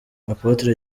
apotre